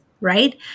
right